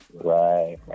Right